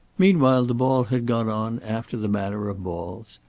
meanwhile the ball had gone on after the manner of balls.